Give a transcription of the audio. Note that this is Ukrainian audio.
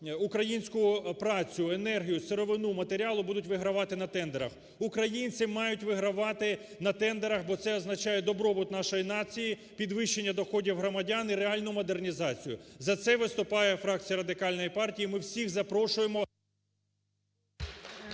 українську працю, енергію, сировину, матеріали, будуть вигравати на тендерах. Українці мають вигравати на тендерах, бо це означає добробут нашої нації, підвищення доходів громадян і реальну модернізацію. За це виступає фракція Радикальної партії. Ми всіх запрошуємо…